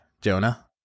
Jonah